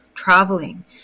traveling